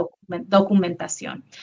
documentación